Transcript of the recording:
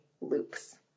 loops